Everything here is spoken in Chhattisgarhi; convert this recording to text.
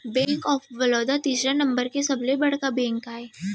बेंक ऑफ बड़ौदा तीसरा नंबर के सबले बड़का बेंक आय